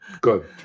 Good